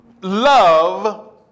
love